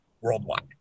worldwide